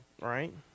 Right